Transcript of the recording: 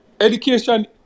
education